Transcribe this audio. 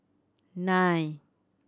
nine